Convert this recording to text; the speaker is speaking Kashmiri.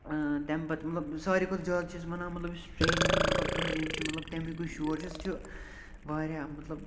تمہِ پَتہٕ مَطلَب سارِوٕے کھۅتہٕ زیادٕ چھِ أسۍ ونان مَطلَب یُس ٹرٛینہِ ہُنٛد مَطلَب اِنجَن چھُ تَمیُک یُس شور چھُ سُہ چھُ واریاہ مَطلَب